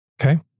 Okay